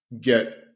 get –